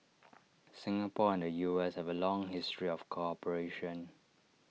Singapore and U S have A long history of cooperation